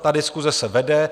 Ta diskuse se vede.